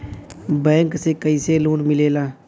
Bank से कइसे loan मिलेला?